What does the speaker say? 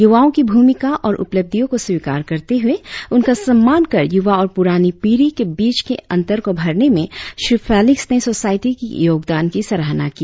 युवाओं की भूमिका और उपलब्धियों को स्वीकार करते हुए उनका सम्मान कर युवा और पुरानी पीढ़ी के बीच के अंतर को भरने में श्री फेलिक्स ने सोसायटी की योगदान की सराहना की